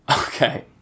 Okay